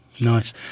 nice